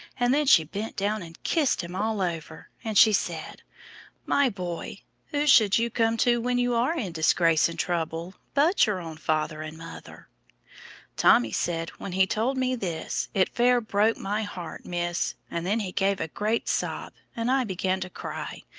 and then she bent down and kissed him all over and she said my boy, who should you come to when you are in disgrace and trouble but your own father and mother tommy said, when he told me this, it fair broke my heart, miss and then he gave a great sob, and i began to cry,